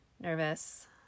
nervous